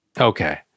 Okay